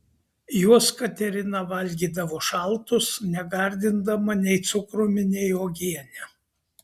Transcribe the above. juos katerina valgydavo šaltus negardindama nei cukrumi nei uogiene